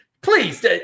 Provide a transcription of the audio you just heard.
Please